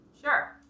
Sure